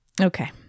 Okay